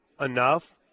enough